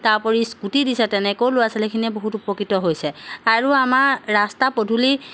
তাৰ উপৰি স্কুটি দিছে তেনেকৈও ল'ৰা ছোৱালীখিনিয়ে বহুত উপকৃত হৈছে আৰু আমাৰ ৰাস্তা পদূলি